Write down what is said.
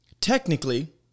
technically